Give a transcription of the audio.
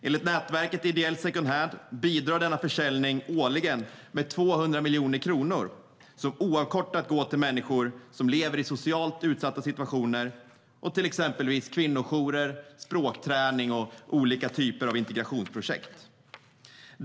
Enligt nätverket Ideell second hand bidrar denna försäljning årligen med 200 miljoner kronor, pengar som oavkortat går till människor som lever i socialt utsatta situationer och till exempelvis kvinnojourer, språkträning och olika typer av integrationsprojekt.